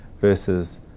versus